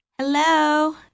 Hello